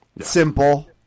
Simple